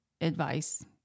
advice